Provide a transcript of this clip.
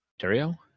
Terrio